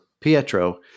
Pietro